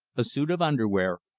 a suit of underwear,